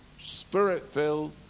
spirit-filled